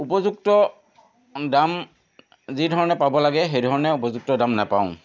উপযুক্ত দাম যিধৰণে পাব লাগে সেইধৰণে উপযুক্ত দাম নেপাওঁ